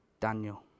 daniel